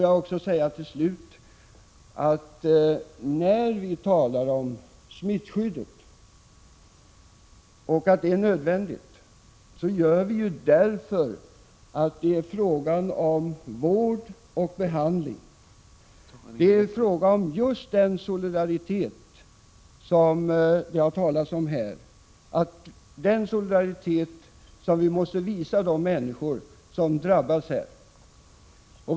Jag vill till slut säga: Vi understryker att smittskyddet är nödvändigt därför att det är fråga om vård och behandling. Det är fråga om just den solidaritet som det har talats om här, den solidaritet som vi måste visa de människor som drabbas.